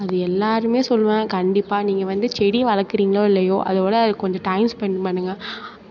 அது எல்லோருமே சொல்வேன் கண்டிப்பாக நீங்கள் வந்து செடி வளர்க்குறீங்களோ இல்லையோ அதோடு கொஞ்சம் டைம் ஸ்பென்ட் பண்ணுங்கள்